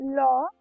law